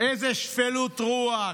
איזה שפלות רוח.